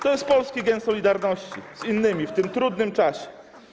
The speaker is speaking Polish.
To jest polski gen solidarności z innymi w tym trudnym czasie.